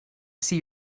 see